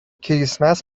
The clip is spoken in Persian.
کریسمس